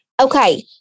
Okay